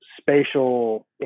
spatial